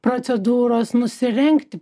procedūros nusirengti